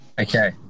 Okay